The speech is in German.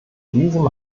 diesem